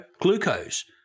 glucose